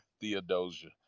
Theodosia